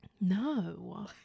No